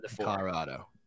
Colorado